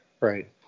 Right